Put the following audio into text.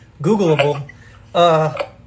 Googleable